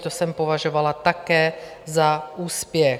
To jsem považovala také za úspěch.